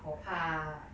我怕